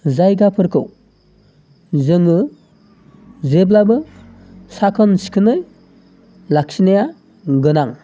जायगाफोरखौ जोङो जेब्लाबो साखोन सिखोनै लाखिनाया गोनां